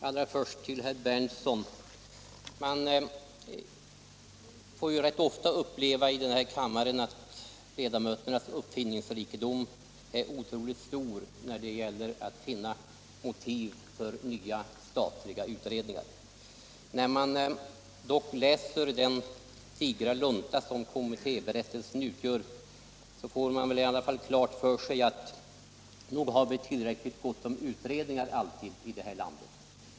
Herr talman! Allra först några ord till herr Berndtson. Man får rätt ofta här i kammaren uppleva ledamöternas otroligt stora uppfinningsrikedom när det gäller att finna motiv för nya statliga utredningar. När man läser den digra lunta som kommittéberättelsen utgör får man klart för sig att det är gott om utredningar här i landet.